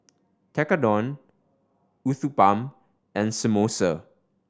Tekkadon Uthapam and Samosa